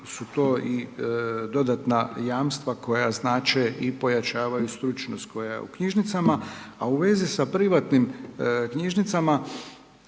su to i dodatna jamstva koja znače i pojačavaju stručnost koja je u knjižnicama. A u vezi sa privatnim knjižnicama